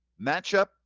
matchup